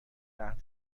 رحم